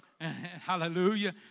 hallelujah